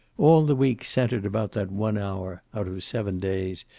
all the week centered about that one hour, out of seven days,